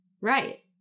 Right